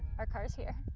our cars here.